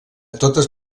totes